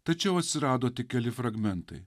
tačiau atsirado tik keli fragmentai